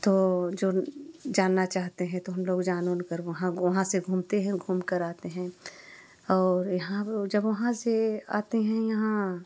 तो जो जानना चाहते हैं तो हम लोग जान ओन कर वहाँ वहाँ से घूमते हैं घूम कर आते हैं और यहाँ पर जब वहाँ से आते हैं यहाँ